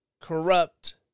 corrupt